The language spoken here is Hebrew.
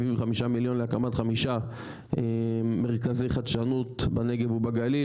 75 מיליון להקמת חמישה מרכזי חדשנות בנגב ובגליל,